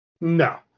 No